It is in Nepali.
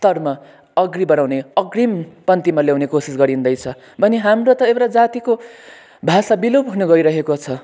स्तरमा अगघि बढाउने अग्रिम पङ्तिमा ल्याउने कोसिस गरिँदैछ भने हाम्रो त एउटा जातीको भाषा विलुप हुन गइरहेको छ